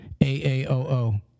AAOO